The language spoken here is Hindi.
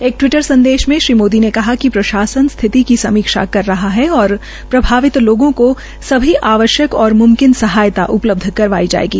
एक टिवीटर संदेश में श्री मोदी ने कहा कि प्रशासन स्थिति की समीक्षा कर रहा है और प्रभावित लोगों को सभी आवश्यक और म्मकिन सहायता उपलब्ध करवाई जायेगी